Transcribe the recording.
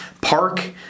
park